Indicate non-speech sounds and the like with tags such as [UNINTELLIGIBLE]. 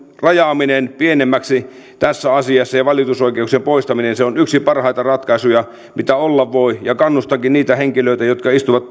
rajaaminen pienemmäksi tässä asiassa ja valitusoikeuksien poistaminen on yksi parhaita ratkaisuja mitä olla voi kannustankin niitä henkilöitä jotka istuvat [UNINTELLIGIBLE]